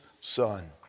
son